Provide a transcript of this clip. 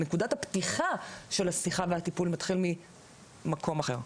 נקודת הפתיחה של השיחה והטיפול מתחיל ממקום אחר.